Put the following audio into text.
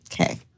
Okay